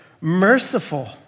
merciful